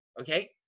Okay